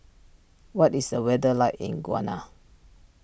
what is the weather like in Ghana